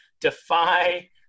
defy